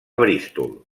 bristol